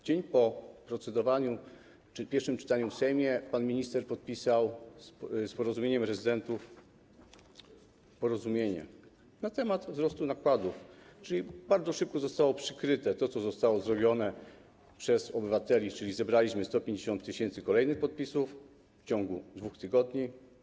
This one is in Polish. Dzień po procedowaniu, czyli po pierwszym czytaniu w Sejmie, pan minister podpisał z Porozumieniem Rezydentów porozumienie w sprawie wzrostu nakładów, a więc bardzo szybko zostało przykryte to, co było zrobione przez obywateli, czyli to, że zebraliśmy 150 tys. kolejnych podpisów w ciągu 2 tygodni.